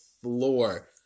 floor